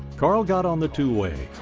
carl got on the two way.